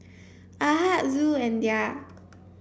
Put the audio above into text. Ahad Zul and Dhia